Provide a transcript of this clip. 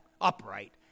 upright